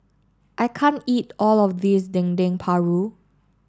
I can't eat all of this Dendeng Paru